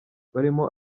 barimo